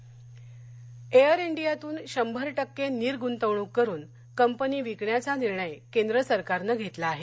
air डिया Air इंडियातून शंभर टक्के निर्गृतवणुक करुन कंपनी विकण्याचा निर्णय केंद्र सरकारनं घेतला आहे